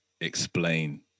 explain